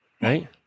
right